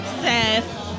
Seth